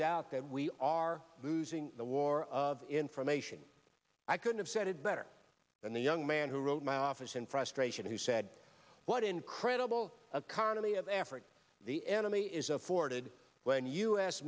doubt that we are losing the war of information i could have said it better than the young man who wrote my office in frustration who said what incredible carnally of effort the enemy is afforded when u s